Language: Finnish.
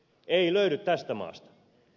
ei löydy tästä maasta